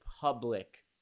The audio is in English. public